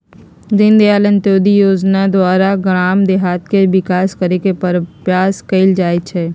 दीनदयाल अंत्योदय जोजना द्वारा गाम देहात के विकास करे के प्रयास कएल जाइ छइ